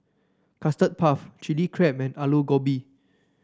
Custard Puff Chilli Crab and Aloo Gobi